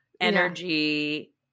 energy